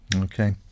Okay